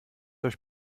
euch